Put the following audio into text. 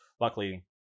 luckily